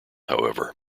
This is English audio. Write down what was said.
however